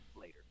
later